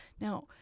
now